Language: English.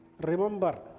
remember